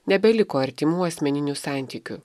nebeliko artimų asmeninių santykių